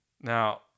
Now